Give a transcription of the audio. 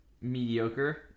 mediocre